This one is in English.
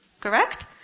Correct